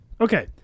okay